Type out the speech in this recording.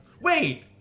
wait